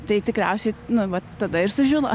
tai tikriausiai nu va tada ir sužino